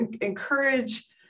encourage